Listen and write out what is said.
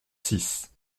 six